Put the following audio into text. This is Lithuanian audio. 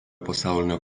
pasaulinio